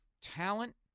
talent